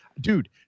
Dude